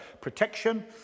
protection